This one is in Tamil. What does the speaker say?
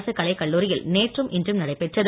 அரசு கலைக் கல்லூரியில் நேற்றும் இன்றும் நடைபெற்றது